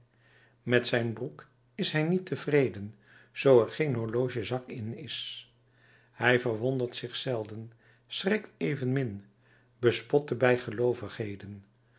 met zijn broek is hij niet tevreden zoo er geen horlogezak in is hij verwondert zich zelden schrikt evenmin bespot de